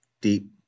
deep